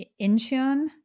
Incheon